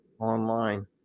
Online